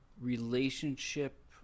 relationship